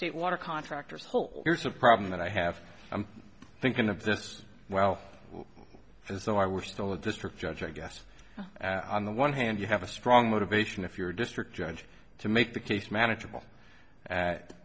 state water contractors whole here's a problem that i have i'm thinking of this well and so i was still a district judge i guess i'm the one hand you have a strong motivation if you're district judge to make the case manageable at